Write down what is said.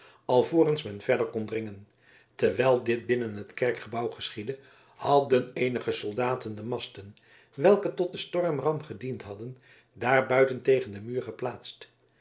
alvorens men verder door kon dringen terwijl dit binnen het kerkgebouw geschiedde hadden eenige soldaten de masten welke tot den stormram gediend hadden daarbuiten tegen den muur geplaatst